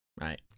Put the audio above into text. Right